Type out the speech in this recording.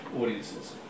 audiences